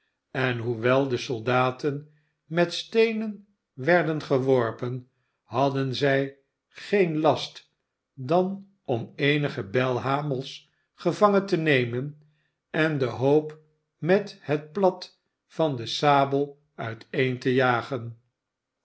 en hoewel de soldaten met steenen werden geworpen hadden zij geen last dan om eenige belhamels gevangen te nemen en den hoop met het plat van den sabel uiteen te jagen